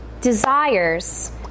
desires